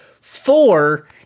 four